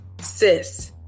sis